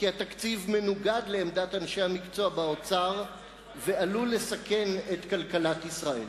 כי התקציב מנוגד לעמדת אנשי המקצוע באוצר ועלול לסכן את כלכלת ישראל.